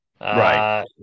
right